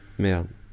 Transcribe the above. merde